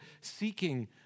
seeking